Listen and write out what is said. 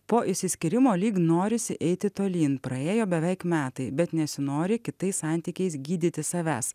po išsiskyrimo lyg norisi eiti tolyn praėjo beveik metai bet nesinori kitais santykiais gydyti savęs